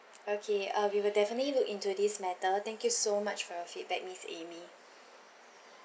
okay uh we will definitely look into this matter thank you so much for your feedback miss amy